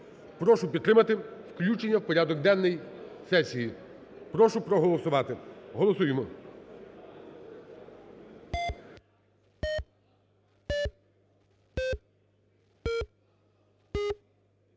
Прошу підтримати включення в порядок денний сесії. Прошу проголосувати. Голосуємо.